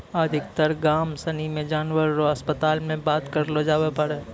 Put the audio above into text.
अधिकतर गाम सनी मे जानवर रो अस्पताल मे बात करलो जावै पारै